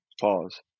Pause